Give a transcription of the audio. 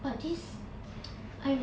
but this I